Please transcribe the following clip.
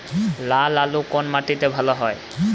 লাল আলু কোন মাটিতে ভালো হয়?